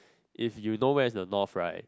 if you know where is the north right